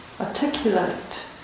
articulate